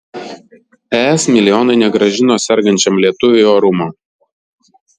es milijonai negrąžino sergančiam lietuviui orumo